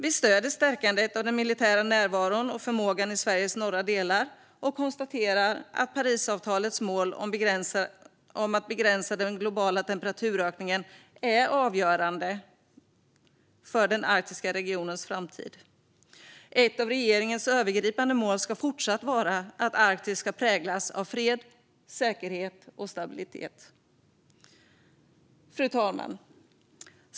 Vi stöder stärkandet av den militära närvaron och förmågan i Sveriges norra delar och konstaterar att Parisavtalets mål om att begränsa den globala temperaturökningen är avgörande för den arktiska regionens framtid. Ett av regeringens övergripande mål ska även i fortsättningen vara att Arktis ska präglas av fred, säkerhet och stabilitet. Fru talman!